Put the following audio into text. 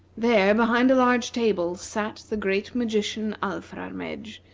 there, behind a large table, sat the great magician, alfrarmedj,